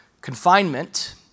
Confinement